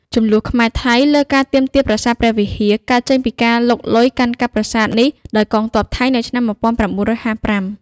ជម្លោះខ្មែរ ថៃ លើការទាមទារបា្រសាទព្រះវិហារ កើតចេញពីការលុកលុយកាន់កាប់ប្រាសាទនេះដោយកងទ័ពថៃនៅឆ្នាំ ១៩៥៥។